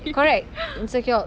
correct insecure